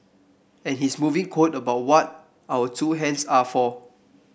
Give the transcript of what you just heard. and his moving quote about what our two hands are for